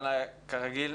אבל כרגיל,